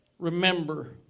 Remember